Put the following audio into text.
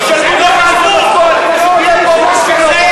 משלמים לך על זה משכורת כדי שתשב פה ותקשיב לאופוזיציה.